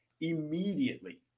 immediately